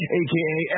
aka